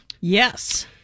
Yes